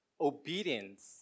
Obedience